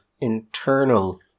internal